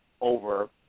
over